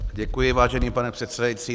Děkuji, vážený pane předsedající.